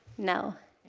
no.